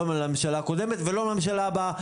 לא לממשלה הקודמת ולא לממשלה הבאה,